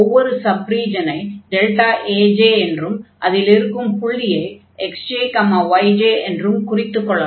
ஒவ்வொரு சப் ரீஜனை Aj என்றும் அதில் இருக்கும் புள்ளியை xj yj என்றும் குறித்துக் கொள்ளலாம்